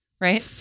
right